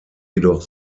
jedoch